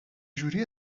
جوری